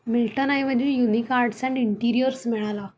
मिल्टनऐवजी unique arts and interiors मिळाला